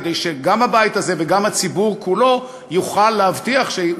כדי שגם הבית הזה וגם הציבור כולו יוכלו להבטיח שהוא